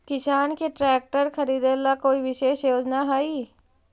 किसान के ट्रैक्टर खरीदे ला कोई विशेष योजना हई?